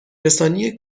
رسانی